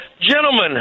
Gentlemen